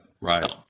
Right